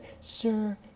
Sir